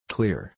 Clear